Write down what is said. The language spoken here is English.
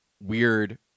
weird